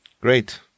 Great